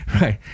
Right